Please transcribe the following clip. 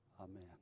Amen